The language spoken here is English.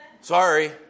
sorry